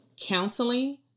counseling